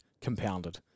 compounded